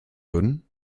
würden